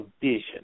vision